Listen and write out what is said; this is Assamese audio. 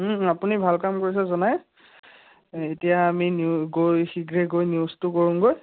আপুনি ভাল কাম কৰিছে জনাই এতিয়া আমি নিউ গৈ শীঘ্ৰে গৈ নিউজটো কৰোঁগৈ